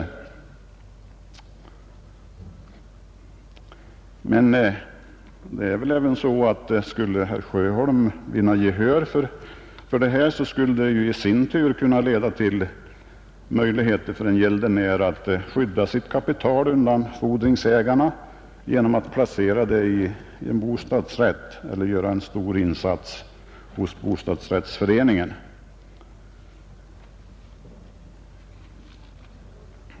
Skulle herr Sjöholm vinna gehör för sitt förslag, skulle detta kunna leda till möjligheter för en gäldenär att skydda sitt kapital undan fordringsägarna genom att placera det i en bostadsrätt eller göra en stor insats hos bostadsrättsföreningen.